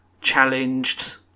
challenged